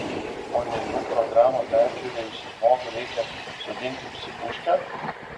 o nejau programą peržiūrėjusį žmogų reikia sodinti į psichuškę